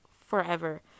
forever